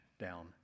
down